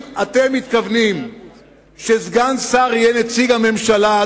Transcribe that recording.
אם אתם מתכוונים שסגן שר יהיה נציג הממשלה,